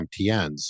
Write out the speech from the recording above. MTNs